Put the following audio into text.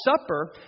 Supper